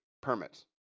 permits